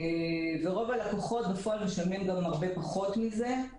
רוב הלקוחות משלמים בפועל גם הרבה פחות מזה,